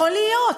יכול להיות.